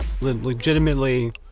legitimately